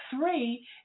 three